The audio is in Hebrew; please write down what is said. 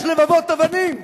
יש לבבות אבנים,